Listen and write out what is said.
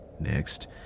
Next